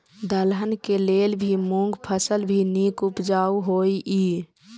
दलहन के लेल भी मूँग फसल भी नीक उपजाऊ होय ईय?